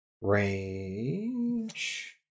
Range